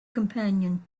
companion